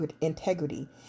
integrity